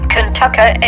Kentucky